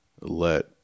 let